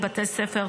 בתי ספר,